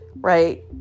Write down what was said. right